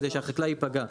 כדי שהחקלאי ייפגע,